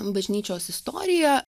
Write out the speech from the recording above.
bažnyčios istorija